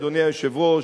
אדוני היושב-ראש,